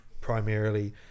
Primarily